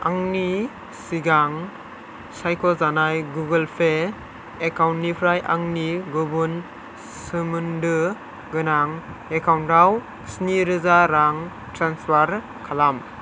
आंनि सिगां सायख'जानाय गुगोल पे एकाउन्टनिफ्राय आंनि गुबुन सोमोन्दो गोनां एकाउन्टाव स्निरोजा रां ट्रेन्सफार खालाम